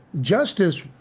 Justice